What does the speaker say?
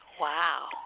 Wow